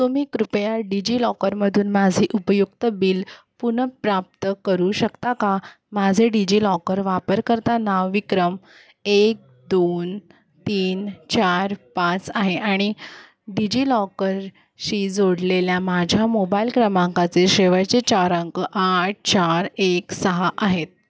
तुम्ही कृपया डिजिलॉकरमधून माझे उपयुक्तता बिल पुनर्प्राप्त करू शकता का माझे डिजिलॉकर वापरकर्ता नाव विक्रम एक दोन तीन चार पाच आहे आणि डिजिलॉकरशी जोडलेल्या माझ्या मोबाईल क्रमांकाचे शेवटचे चार अंक आठ चार एक सहा आहेत